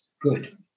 good